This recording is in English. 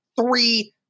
three